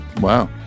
Wow